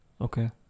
okay